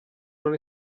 non